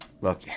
Look